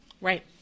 Right